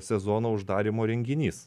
sezono uždarymo renginys